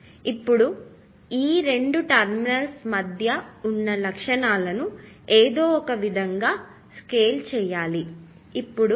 ఇప్పుడు నేను ఈ రెండు టెర్మినల్స్ మధ్య ఉన్న లక్షణాలను ఏదో ఒక విధంగా స్కేల్ చేయాలి ఇప్పుడు